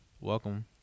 welcome